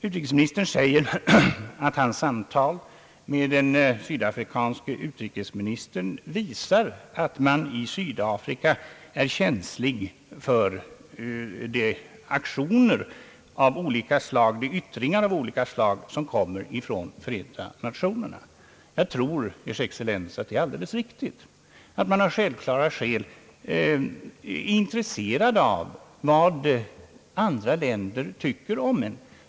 Utrikesministern säger att hans samtal med den sydafrikanske utrikesministern visar, att man i Sydafrika är känslig för de yttringar av olika slag som kommer till uttryck från Förenta Nationerna. Jag tror, Ers excellens, att det är alldeles riktigt att man av självklara skäl är intresserad av vad andra länder tycker om en.